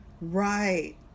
Right